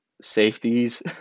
safeties